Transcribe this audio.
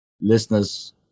listeners